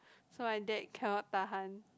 so my dad cannot tahan